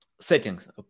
settings